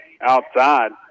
outside